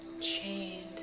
chained